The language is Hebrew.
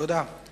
תודה.